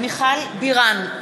מיכל בירן,